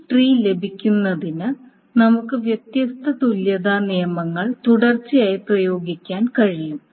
ഈ ട്രീ ലഭിക്കുന്നതിന് നമുക്ക് വ്യത്യസ്ത തുല്യതാ നിയമങ്ങൾ തുടർച്ചയായി പ്രയോഗിക്കാൻ കഴിയും